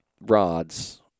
rods